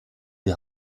die